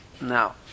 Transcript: Now